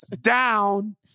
down